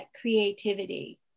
creativity